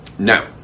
Now